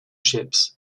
ships